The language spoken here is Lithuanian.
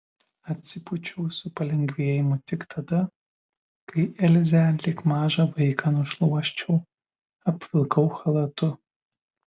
atsipūčiau su palengvėjimu tik tada kai elzę lyg mažą vaiką nušluosčiau apvilkau chalatu